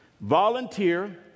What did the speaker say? volunteer